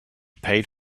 paid